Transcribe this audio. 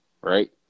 Right